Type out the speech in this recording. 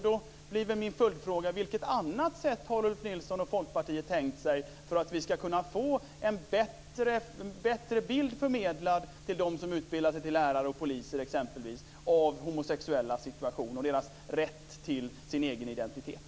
Då blir min följdfråga: Vilket annat sätt har Ulf Nilsson och Folkpartiet tänkt sig för att vi ska kunna få en bättre bild förmedlad till dem som utbildar sig till exempelvis lärare och poliser av homosexuellas situation och deras rätt till sin egen identitet?